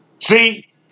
See